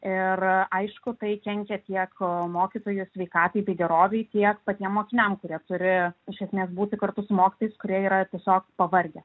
ir aišku tai kenkia tiek mokytojų sveikatai bei gerovei tiek patiem mokiniam kurie turi iš esmės būti kartu su mokytojais kurie yra tiesiog pavargę